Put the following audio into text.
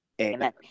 amen